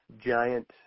giant –